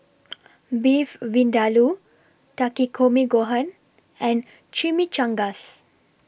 Beef Vindaloo Takikomi Gohan and Chimichangas